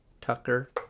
Tucker